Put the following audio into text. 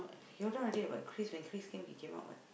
day like Chris when Chris came he came out what